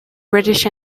british